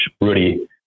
Rudy